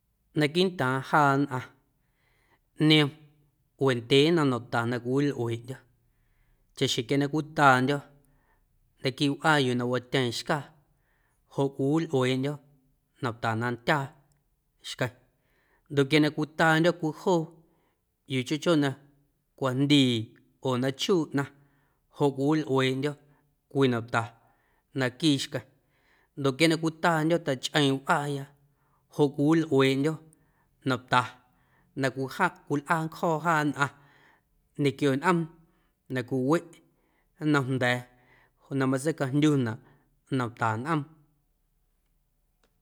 Naquiiꞌntaaⁿ jaa nnꞌaⁿ niom wendyee nnom nomta na cwiwilꞌueeꞌndyo̱ chaꞌxjeⁿ quia na cwitaandyo̱ naquiiꞌ wꞌaa yuu na watyeeⁿ xcaa joꞌ cwiwilꞌueeꞌndyo̱ nomta na ndyaa xqueⁿ ndoꞌ quia na cwitaandyo cwii joo yuu chjoo chjoo na cwajndii oo na chuuꞌ ꞌnaⁿ joꞌ cwiwilꞌueeꞌndyo̱ nomta na quii xqueⁿ ndoꞌ quia na cwitaandyo̱ tachꞌeeⁿꞌ wꞌaaya joꞌ cwiwilꞌueeꞌndyo̱ nomta na cwijaa na cwilꞌaa ncjo̱o̱ jaa nnꞌaⁿ ñequio nꞌoom na cwiweꞌ nnomjnda̱a̱ joꞌ na matseicajndyunaꞌ nomta nꞌoom.